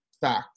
fact